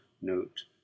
note